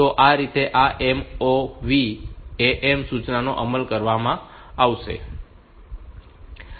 તો આ રીતે આ MOV AM સૂચનાનો અમલ કરવામાં આવશે